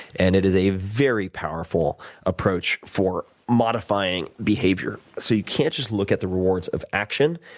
and it is a very powerful approach for modifying behavior. so you can't just look at the rewards of action,